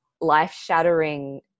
life-shattering